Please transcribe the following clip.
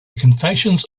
confessions